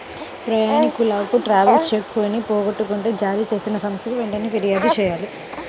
ప్రయాణీకులు ట్రావెలర్స్ చెక్కులను పోగొట్టుకుంటే జారీచేసిన సంస్థకి వెంటనే పిర్యాదు చెయ్యాలి